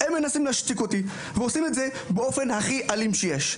הם מנסים להשתיק אותי ועושים את זה באופן הכי אלים שיש.